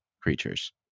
creatures